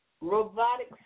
Robotic